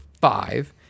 five